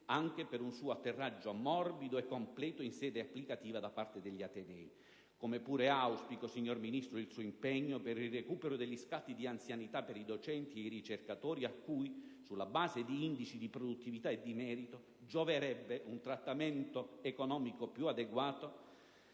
anche per un suo atterraggio morbido e completo in sede applicativa da parte degli atenei. Come pure auspico il suo impegno, signora Ministro, per il recupero degli scatti di anzianità per docenti e ricercatori a cui, sulla base di indici di produttività e di merito, gioverebbe un trattamento economico più adeguato